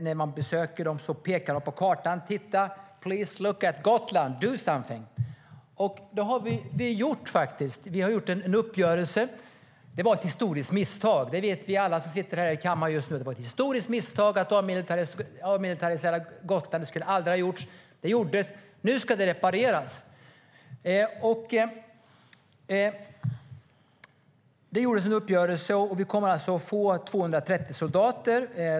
När man besöker de baltiska länderna pekar de på kartan och säger: Please look at Gotland and do something! Det har vi också gjort. Vi har gjort en uppgörelse. Alla vi som sitter i kammaren vet att det var ett historiskt misstag att avmilitärisera Gotland. Det skulle aldrig ha gjorts, men det gjordes. Nu ska det repareras genom uppgörelsen, och Gotland kommer att få 230 soldater.